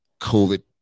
COVID